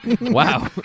Wow